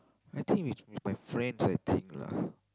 I think it's with my friends I think lah